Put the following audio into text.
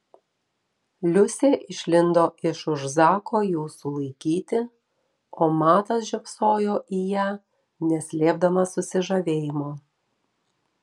liusė išlindo iš už zako jų sulaikyti o matas žiopsojo į ją neslėpdamas susižavėjimo